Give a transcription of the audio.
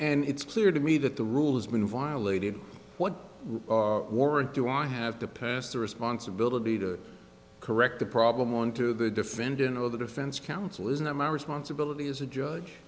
and it's clear to me that the rules been violated what warrant do i have to pass the responsibility to correct the problem on to the defendant or the defense counsel is not my responsibility as a judge